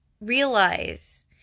realize